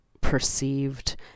perceived